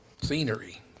scenery